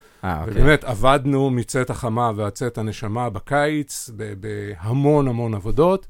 באמת, עבדנו מצאת החמה ועד צאת הנשמה בקיץ, בהמון המון עבודות.